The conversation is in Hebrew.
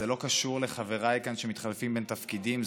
זה לא קשור לחבריי כאן שמתחלפים בתפקידים,